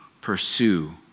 pursue